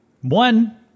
One